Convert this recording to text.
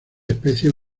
especies